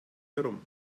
herum